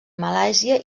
malàisia